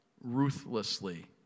ruthlessly